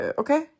okay